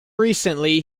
recently